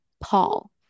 Paul